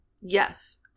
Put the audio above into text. Yes